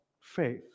faith